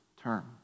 term